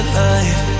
life